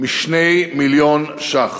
מ-2 מיליון ש"ח,